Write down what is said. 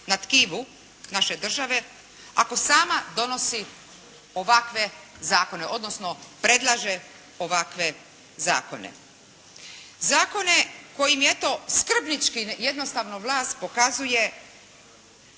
na tkivu naše države ako sama donosi ovakve zakone odnosno predlaže ovakve zakone, zakone koji eto skrbnički, jednostavno vlast pokazuje